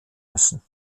müssen